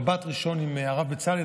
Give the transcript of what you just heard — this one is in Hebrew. מבט ראשון עם הרב בצלאל,